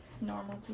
normal